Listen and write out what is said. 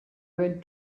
went